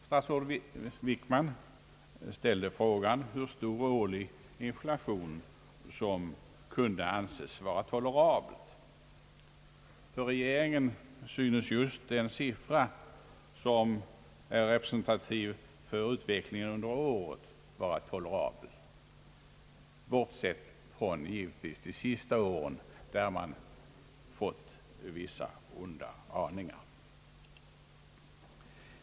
Statsrådet Wickman ställer frågan hur stor årlig inflation som kunde anses vara tolerabel. För regeringen synes just den siffra som är representativ för utvecklingen under året vara tolerabel, bortsett givetvis från de allra senaste åren, där t.o.m. regeringen fått vissa onda aningar.